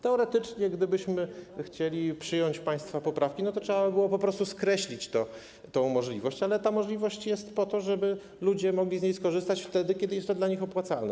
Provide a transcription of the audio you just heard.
Teoretycznie, gdybyśmy chcieli przyjąć państwa poprawki, trzeba by było po prostu skreślić tę możliwość, ale ta możliwość jest po to, żeby ludzie mogli z niej skorzystać, kiedy jest to dla nich opłacalne.